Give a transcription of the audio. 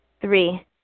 Three